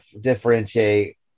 differentiate